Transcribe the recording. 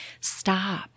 Stop